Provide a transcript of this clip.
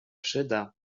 przyda